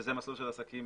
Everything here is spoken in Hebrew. שזה מסלול של עסקים